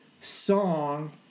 song